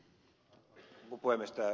tämä ed